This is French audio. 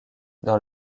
dans